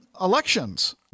elections